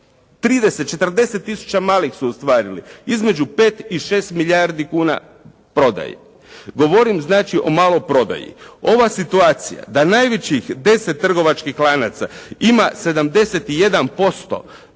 30-40 tisuća malih su ostvarili? Između 5 i 6 milijardi kuna prodaje. Govorim znači o maloprodaji. Ova situacija da najvećih 10 trgovačkih lanaca ima 71% maloprodaje,